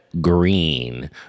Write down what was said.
Green